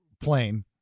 plane